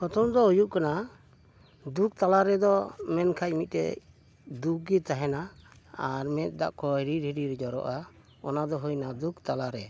ᱯᱨᱚᱛᱷᱚᱢ ᱫᱚ ᱦᱩᱭᱩᱜ ᱠᱟᱱᱟ ᱫᱩᱠ ᱛᱟᱞᱟ ᱨᱮᱫᱚ ᱢᱮᱱᱠᱷᱟᱱ ᱢᱤᱫᱴᱮᱡ ᱫᱩᱠ ᱜᱮ ᱛᱟᱦᱮᱱᱟ ᱟᱨ ᱢᱮᱫ ᱫᱟᱜ ᱠᱚ ᱦᱤᱰᱤᱨ ᱦᱤᱰᱤᱨ ᱡᱚᱨᱚᱜᱼᱟ ᱚᱱᱟ ᱫᱚ ᱦᱩᱭᱱᱟ ᱫᱩᱠ ᱛᱟᱞᱟᱨᱮ